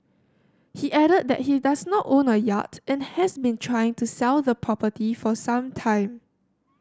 he added that he does not own a yacht and has been trying to sell the property for some time